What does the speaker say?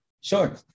Sure